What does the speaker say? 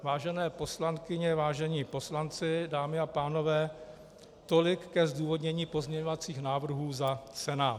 Vážené poslankyně, vážení poslanci, dámy a pánové, tolik ke zdůvodnění pozměňovacích návrhů za Senát.